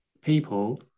people